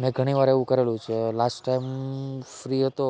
મેં ઘણી વાર એવું કરેલું છે લાસ્ટ ટાઈમ ફ્રી હતો